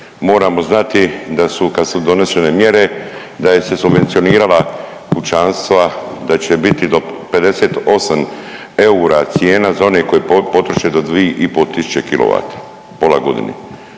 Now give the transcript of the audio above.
Moramo znati da su kad su donešene mjere da se subvencionirala kućanstva da će biti do 58 eura cijena za one koji potroše do 2 i pol tisuće kilovata pola godine.